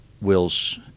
Will's